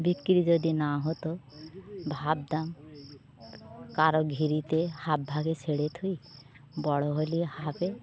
বিক্রি যদি না হতো ভাবতাম কারো ভেরিতে হাফ ভাগে ছেড়ে থুই বড় হলে হাফে